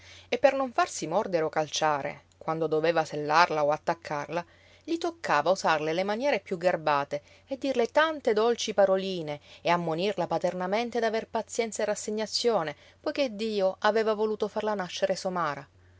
e per non farsi mordere o calciare quando doveva sellarla o attaccarla gli toccava usarle le maniere piú garbate e dirle tante dolci paroline e ammonirla paternamente d'aver pazienza e rassegnazione poiché dio aveva voluto farla nascere somara